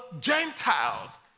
Gentiles